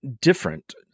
different